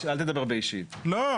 לא,